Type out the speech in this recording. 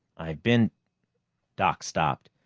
i've been doc stopped,